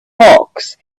hawks